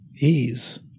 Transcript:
ease